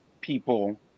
people